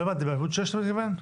לא הבנתי, עמוד 6 אתה מתכוון?